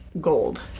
gold